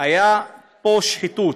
הייתה פה שחיתות.